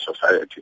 society